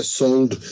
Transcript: sold